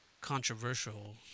controversial